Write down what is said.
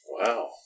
Wow